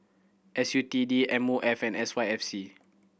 S U T D M O F and S Y F C